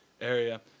area